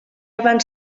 abans